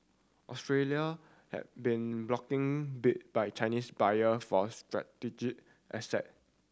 Australia has been blocking bid by Chinese buyer for strategic asset